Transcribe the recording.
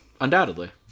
undoubtedly